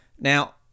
Now